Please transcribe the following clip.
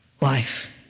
life